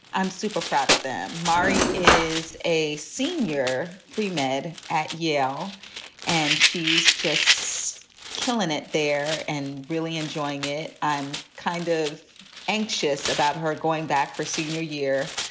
i'm super proud of them mary is a senior premed at yale and she's just killin it there and really enjoying it. i'm kind of anxious about her going back for senior year,